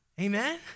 amen